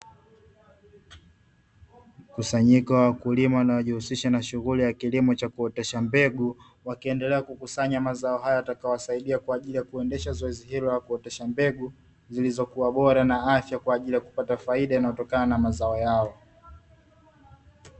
Kusanyiko la wakulima wanaojihusisha na shughuli ya kilimo cha kuotesha mbegu, wakiendelea kukusanya mazao hayo yatakaowasaidia kwa ajili kuendesha zoezi hilo la kuotesha mbegu, zilizokuwa bora na afya kwa ajili ya kujipata faida inayotokana na mazao yao.